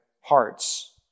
hearts